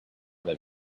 that